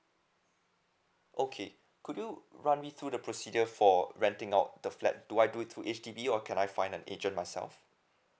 okay could you run me through the procedure for renting out the flat do I do it to H_D_B or can I find an agent myself